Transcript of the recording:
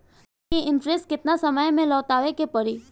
Loan के interest केतना समय में लौटावे के पड़ी?